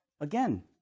again